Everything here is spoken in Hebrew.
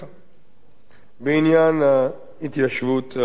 בעניין ההתיישבות הבדואית.